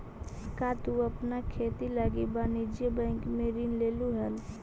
का तु अपन खेती लागी वाणिज्य बैंक से ऋण लेलहुं हल?